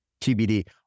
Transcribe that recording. TBD